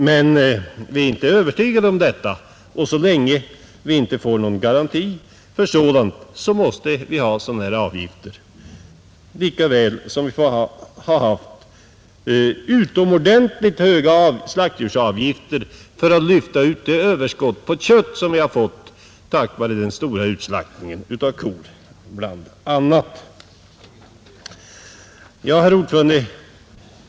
Men vi är inte övertygade om att staten kommer att göra detta, och så länge vi inte får någon garanti för sådant måste vi ha sådana här avgifter lika väl som vi haft utomordentligt höga slaktdjursavgifter för att lyfta ut det överskott på kött vi fått på grund av bl. a, den stora utslaktningen av kor, Herr talman!